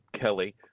Kelly